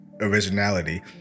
originality